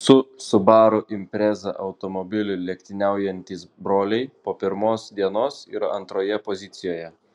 su subaru impreza automobiliu lenktyniaujantys broliai po pirmos dienos yra antroje pozicijoje